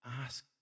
ask